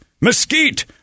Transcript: Mesquite